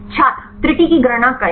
छात्र त्रुटि की गणना करें